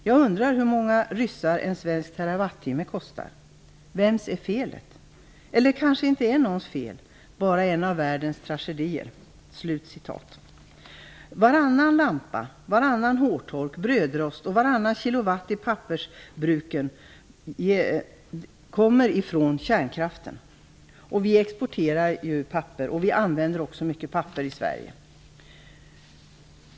Jag undrar hur många ryssar en svensk terawattimme kostar. Vems är felet? Eller det kanske inte är någons fel, bara en av världens tragedier?" Varannan lampa, varannan hårtork och brödrost samt varannan kilowatt i pappersbruken kommer från kärnkraften. Vi exporterar ju papper, och vi använder också mycket papper i Sverige.